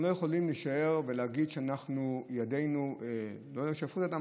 אנחנו לא יכולים להישאר ולהגיד שידינו לא שפכו את הדם